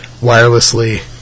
wirelessly